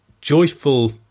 joyful